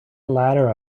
ladder